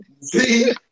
See